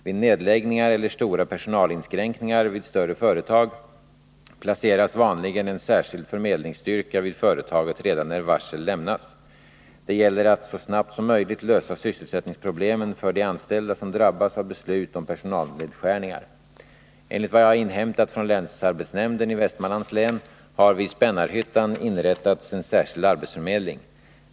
Vid nedläggningar eller stora personalinskränkningar vid större företag placeras vanligen en särskild förmedlingsstyrka vid företaget redan när varsel lämnas. Det gäller att så snabbt som möjligt lösa sysselsättningsproblemen för de Enligt vad jag inhämtat från länsarbetsnämnden i Västmanlands län har vid Spännarhyttan inrättats en särskild arbetsförmedling.